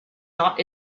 not